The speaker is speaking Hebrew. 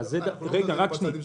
--- כל הצעדים שעשיתם.